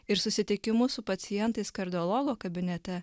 ir susitikimu su pacientais kardiologo kabinete